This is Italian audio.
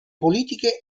politiche